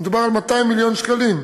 מדובר על 200 מיליון שקלים.